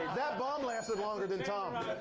that bomb lasted longer than tommy.